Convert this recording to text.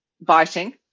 biting